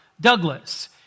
Douglas